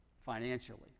financially